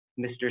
mr